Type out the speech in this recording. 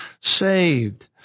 saved